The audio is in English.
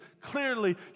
clearly